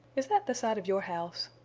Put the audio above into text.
is that the side of your house?